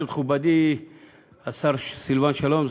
מכובדי השר סילבן שלום,